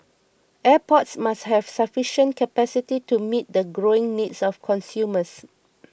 airports must have sufficient capacity to meet the growing needs of consumers